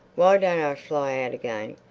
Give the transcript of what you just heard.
why don't i fly out again?